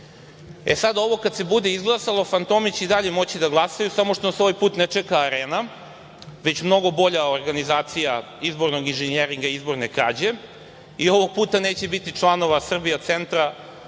se ovo bude izglasalo, fantomi će i dalje moći da glasaju, samo što nas ovaj put ne čeka Arena, već mnogo bolja organizacija izbornog inžinjeringa i izborne krađe i ovog puta neće biti članova "Srbija centra"